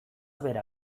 bera